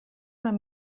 man